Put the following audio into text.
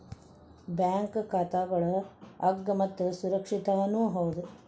bank ಖಾತಾಗಳು ಅಗ್ಗ ಮತ್ತು ಸುರಕ್ಷಿತನೂ ಹೌದು